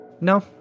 No